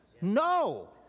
No